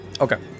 Okay